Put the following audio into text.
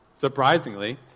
Surprisingly